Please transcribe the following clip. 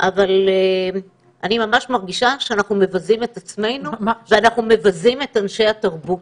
אבל אני ממש מרגישה שאנחנו מבזים את עצמנו ואנחנו מבזים את אנשי התרבות.